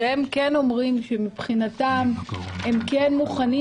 שאומרים שמבחינתם הם כן מוכנים,